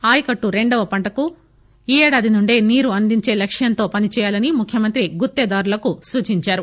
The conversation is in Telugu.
ఆయువుకట్టు రెండవ పంటకు ఈ ఏడాది నుండే నీరు అందించే లక్ష్యంతో పనిచేయాలని ముఖ్యమంత్రి గుత్తేదారులకు సూచించారు